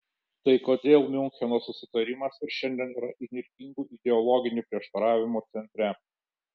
tai kodėl miuncheno susitarimas ir šiandien yra įnirtingų ideologinių prieštaravimų centre